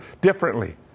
differently